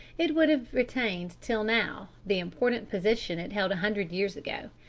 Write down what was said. it would have retained till now the important position it held a hundred years ago.